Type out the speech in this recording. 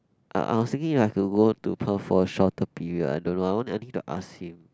I I was thinking I have to go to Perth for a shorter period I don't know I wanna I need to ask him